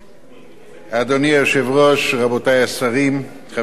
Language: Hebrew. היושב-ראש, רבותי השרים, חברי חברי הכנסת,